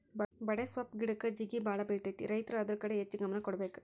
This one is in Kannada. ಬಡೆಸ್ವಪ್ಪ್ ಗಿಡಕ್ಕ ಜೇಗಿಬಾಳ ಬಿಳತೈತಿ ರೈತರು ಅದ್ರ ಕಡೆ ಹೆಚ್ಚ ಗಮನ ಕೊಡಬೇಕ